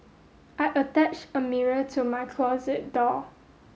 I attached a mirror to my closet door